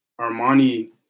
Armani